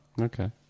Okay